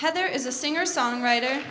heather is a singer songwriter